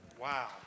Wow